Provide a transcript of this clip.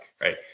right